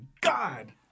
God